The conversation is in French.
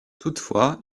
toutefois